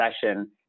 session